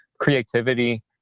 Creativity